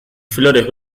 flores